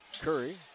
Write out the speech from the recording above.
Curry